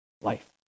life